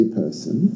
person